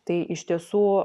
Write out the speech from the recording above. tai iš tiesų